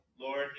Lord